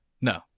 No